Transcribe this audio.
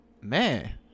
man